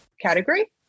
Category